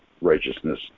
righteousness